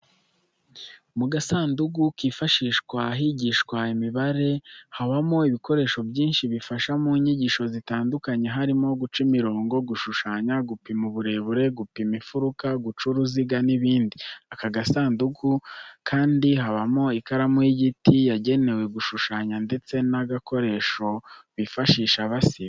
Mu gasanduku kifashishwa higishwa imibare habamo ibikoresho byinshi bifasha mu nyigisho zitandukanye harimo: guca imirongo, gushushanya, gupima uburebure, gupima imfuruka, guca uruziga n'ibindi. Aka gasanduku kandi habamo ikaramu y'igiti yagenewe gushushanya ndetse n'agakoresho bifashisha basiba.